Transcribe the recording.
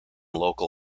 local